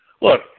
Look